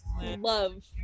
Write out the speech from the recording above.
love